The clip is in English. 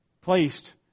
placed